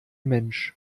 mensch